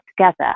together